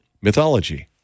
mythology